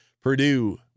Purdue